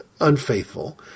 unfaithful